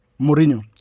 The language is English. Mourinho